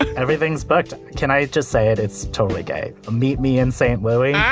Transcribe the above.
everything's booked. can i just say it? it's totally gay. meet me in st. louis